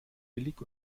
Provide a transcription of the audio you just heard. billig